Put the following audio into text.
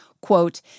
quote